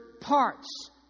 parts